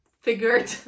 figured